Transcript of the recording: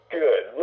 good